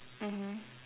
mmhmm